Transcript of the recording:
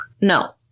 no